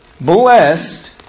blessed